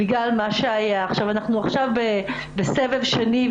אנחנו עכשיו בסבב שני,